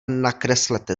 nakreslete